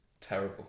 terrible